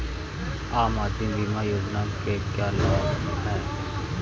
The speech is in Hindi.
आम आदमी बीमा योजना के क्या लाभ हैं?